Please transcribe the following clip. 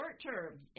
short-term